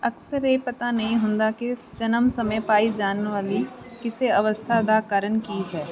ਅਕਸਰ ਇਹ ਪਤਾ ਨਹੀਂ ਹੁੰਦਾ ਕਿ ਜਨਮ ਸਮੇਂ ਪਾਈ ਜਾਣ ਵਾਲੀ ਕਿਸੇ ਅਵਸਥਾ ਦਾ ਕਾਰਨ ਕੀ ਹੈ